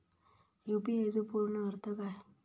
UPI चो पूर्ण अर्थ काय?